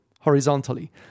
horizontally